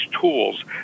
tools